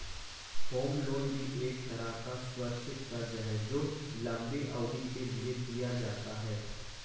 home loan भी एक तरह का सुरक्षित कर्ज है जो लम्बी अवधि के लिए दिया जाता है